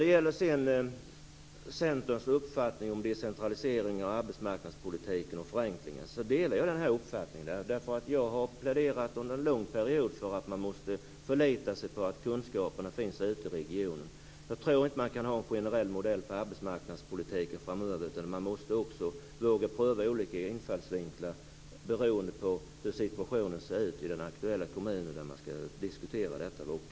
Sedan delar jag Centerns uppfattning om förenkling och decentralisering av arbetsmarknadspolitiken. Jag har under en lång period pläderat för att man måste förlita sig på att kunskaperna finns ute i regionerna. Jag tror inte att man kan ha en generell modell för arbetsmarknadspolitiken framöver, utan man måste våga pröva olika infallsvinklar beroende på situationen i den aktuella kommunen.